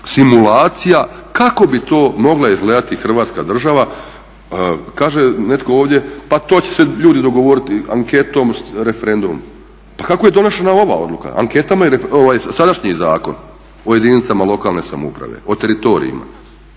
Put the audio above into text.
simulacija kako bi to mogla izgledati Hrvatska država. Kaže netko ovdje pa to će se ljudi dogovoriti anketom, referendumom. Pa kako je donesena ova odluka, anketama, sadašnji Zakon o jedinicama lokalne samouprave, o teritorijima?